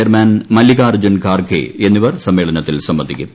chairman Mallikarjun Kharge എന്നിവർ സമ്മേളനത്തിൽ സംബന്ധിക്കും